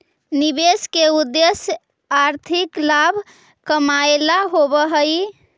निवेश के उद्देश्य आर्थिक लाभ कमाएला होवऽ हई